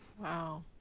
Wow